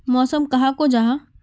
मौसम कहाक को जाहा?